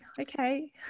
Okay